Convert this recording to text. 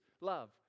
love